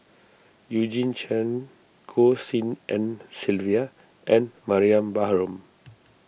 Eugene Chen Goh Tshin En Sylvia and Mariam Baharom